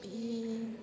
बे